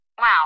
Wow